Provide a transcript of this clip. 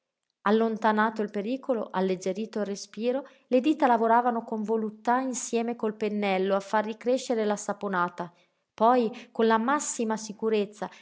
allontanato il pericolo alleggerito il respiro le dita lavoravano con voluttà insieme col pennello a far ricrescere la saponata poi con la massima sicurezza